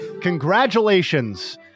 Congratulations